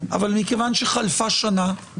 אבל מכיוון שחלפה שנה,